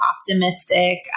optimistic